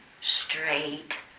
straight